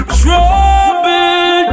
trouble